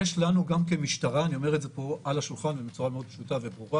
יש לנו משטרה אני אומר את זה על השולחן בצורה מאוד פשוטה וברורה